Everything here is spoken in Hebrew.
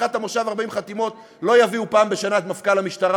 פתיחת המושב ו-40 חתימות לא יביאו פעם בשנה את מפכ"ל המשטרה,